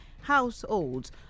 households